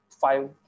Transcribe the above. five